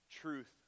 truth